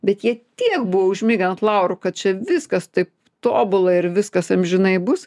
bet jie tiek buvo užmigę ant laurų kad čia viskas taip tobula ir viskas amžinai bus